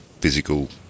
physical